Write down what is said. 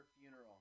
funeral